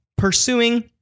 Pursuing